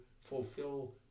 fulfill